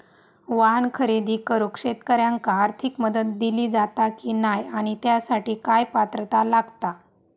वाहन खरेदी करूक शेतकऱ्यांका आर्थिक मदत दिली जाता की नाय आणि त्यासाठी काय पात्रता लागता?